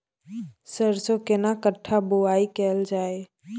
सरसो केना कट्ठा बुआई कैल जाय?